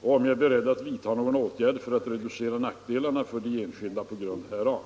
och om jag är beredd att vidta någon åtgärd för att reducera nackdelarna för de enskilda på grund härav.